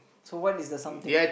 so what is the something